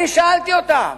אני שאלתי אותם: